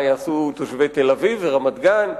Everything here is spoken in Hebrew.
מה יעשו תושבי תל-אביב ורמת-גן?